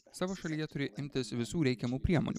savo šalyje turi imtis visų reikiamų priemonių